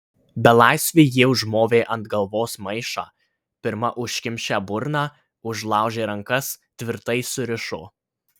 belaisviui jie užmovė ant galvos maišą pirma užkimšę burną užlaužė rankas tvirtai surišo